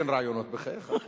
אל תיתן רעיונות, בחייך.